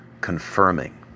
confirming